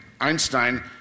Einstein